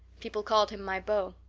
people called him my beau.